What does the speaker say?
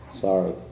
Sorry